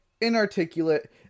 inarticulate